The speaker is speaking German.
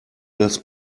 das